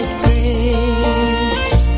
grace